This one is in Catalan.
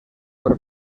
per